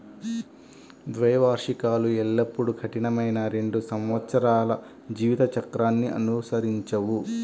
ద్వైవార్షికాలు ఎల్లప్పుడూ కఠినమైన రెండు సంవత్సరాల జీవిత చక్రాన్ని అనుసరించవు